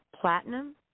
platinum